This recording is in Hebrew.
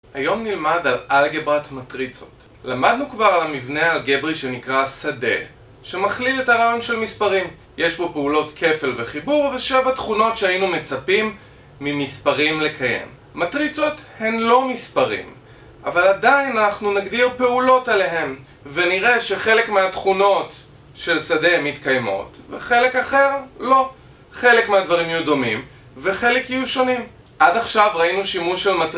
היום נלמד על אלגברת מטריצות למדנו כבר על המבנה האלגברי שנקרא שדה, שמכליל את הרעיון של מספרים יש פה פעולות כפל וחיבור ושבע תכונות שהיינו מצפים ממספרים לקיים. מטריצות הן לא מספרים, אבל עדיין אנחנו נגדיר פעולות עליהם ונראה שחלק מהתכונות של שדה מתקיימות וחלק אחר לא חלק מהדברים יהיו דומים וחלק יהיו שונים עד עכשיו ראינו שימוש של מטריצות